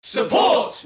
Support